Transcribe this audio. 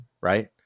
right